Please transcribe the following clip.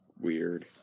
weird